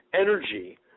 energy